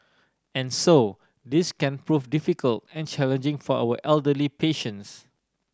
and so this can prove difficult and challenging for our elderly patients